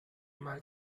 mal